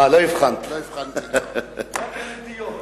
רק הנטיות.